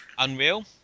unreal